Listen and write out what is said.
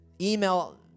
email